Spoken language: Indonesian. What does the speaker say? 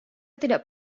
tidak